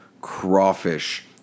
crawfish